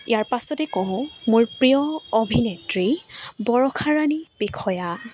ইয়াৰ পাছতে কওঁ মোৰ প্ৰিয় অভিনেত্ৰী বৰষাৰাণী বিষয়া